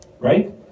Right